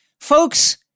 Folks